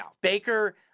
Baker